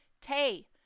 Tay